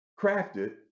crafted